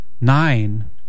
nine